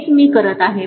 हेच मी करत आहे